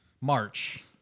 March